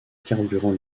carburant